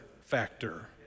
factor